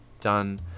done